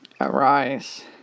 arise